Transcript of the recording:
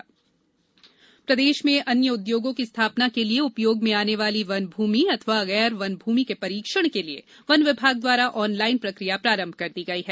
online वन जमीन प्रदेश में नए उद्योगों की स्थापना के लिये उपयोग में आने वाली वन भूमि अथवा गैर वन भूमि के परीक्षण के लिये वन विभाग द्वारा ऑनलाइन प्रक्रिया प्रारंभ कर दी गई है